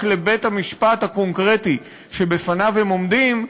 לבית-המשפט הקונקרטי שבפניו הם עומדים,